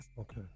Okay